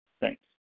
Thanks